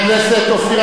אתה עשית סקר?